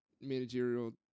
managerial